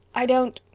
i don't.